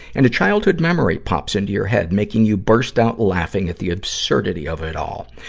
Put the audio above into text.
and a childhood memory pops into your head, making you burst out laughing at the absurdity of it all.